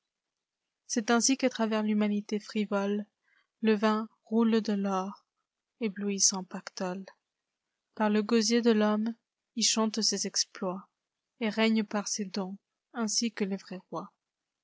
c'est ainsi qu'à travers l'humanité frivole le vin coule de l'or éblouissant pactole par le gosier de l'homme il chante ses exploitset règne par ses dons ainsi que les vrais